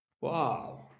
wow